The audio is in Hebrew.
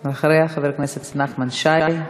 אחריה, חבר הכנסת נחמן שי.